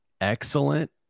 excellent